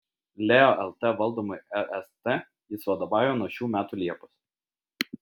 leo lt valdomai rst jis vadovauja nuo šių metų liepos